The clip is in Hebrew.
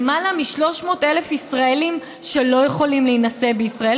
למעלה מ-300,000 ישראלים שלא יכולים להינשא בישראל,